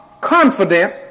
confident